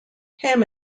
him